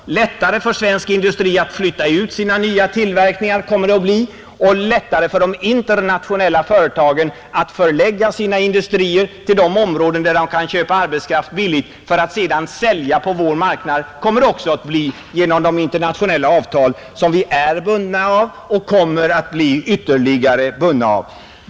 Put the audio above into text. Genom de internationella avtal som vi är bundna av och kommer att bli ytterligare bundna av blir det lättare för svensk industri att flytta ut sina nytillverkningar och för de internationella företagen att förlägga sina industrier till de områden där de kan köpa arbetskraft billigt för att sedan sälja sina produkter bl.a. på vår marknad.